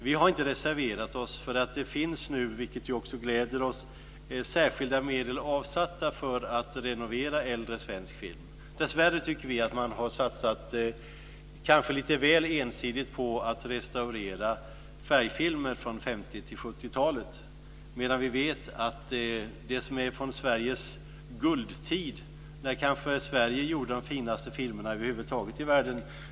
Vi har inte reserverat oss, eftersom det nu, vilket gläder oss, finns särskilda medel avsatta för att renovera äldre svensk film. Vi tycker dock att man dessvärre har satsat lite väl ensidigt på att restaurera färgfilmer från Vi vet ju att det finns filmer från Sveriges guldtid, när Sverige gjorde de kanske finaste filmerna över huvud taget i världen.